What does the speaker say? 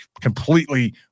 completely